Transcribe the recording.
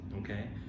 Okay